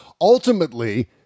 Ultimately